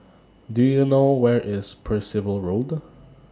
Do YOU know Where IS Percival Road